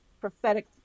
prophetic